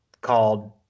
called